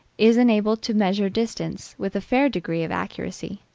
is enabled to measure distance with a fair degree of accuracy,